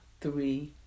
three